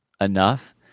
enough